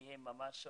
כי הם סובלים